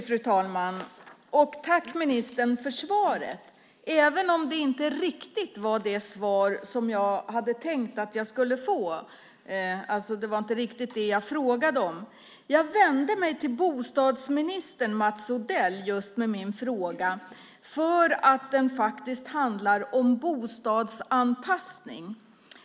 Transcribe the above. Fru talman! Jag tackar ministern för svaret, även om det inte riktigt var det svar jag hade tänkt att jag skulle få eftersom det inte riktigt var det jag frågade om. Jag vände mig just till bostadsminister Mats Odell med min fråga eftersom den faktiskt handlar om bostadsanpassning.